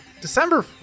December